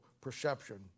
perception